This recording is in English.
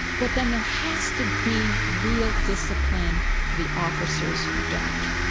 but then there has to be real discipline for the officers who don't,